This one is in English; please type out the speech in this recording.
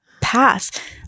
path